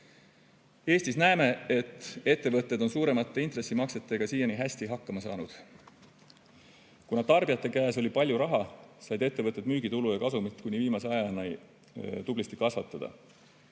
Eestis näeme, et ettevõtted on suuremate intressimaksetega siiani hästi hakkama saanud. Kuna tarbijate käes oli palju raha, said ettevõtted müügitulu ja kasumit kuni viimase ajani tublisti kasvatada.